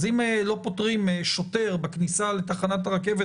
אז אם לא פותרים את העניין של שוטר בכניסה לתחנת הרכבת